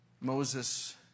Moses